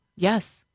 Yes